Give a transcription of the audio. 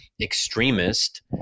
extremist